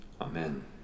Amen